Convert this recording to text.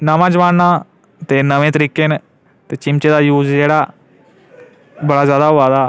नमां जमाना ते नमें तरीके न ते चिमचे दा यूज जेह्ड़ा बड़ा जैदा होआ दा